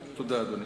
תודה, אדוני.